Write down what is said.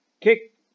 Kick